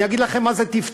אני אגיד לכם מה זה טפטוף.